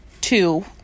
two